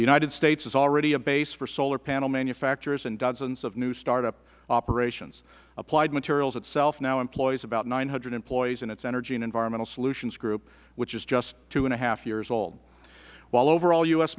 the united states is already a base for solar panel manufacturers and dozens of new startup operations applied materials itself now employs about nine hundred employees in its energy and environmental solutions group which is just two and a half years old while overall u